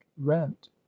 rent